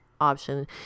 option